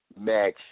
match